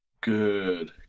Good